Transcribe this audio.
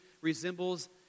resembles